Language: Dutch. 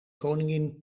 koningin